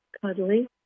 cuddly